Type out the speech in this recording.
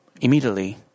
immediately